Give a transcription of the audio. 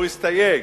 הוא הסתייג,